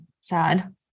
sad